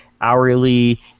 hourly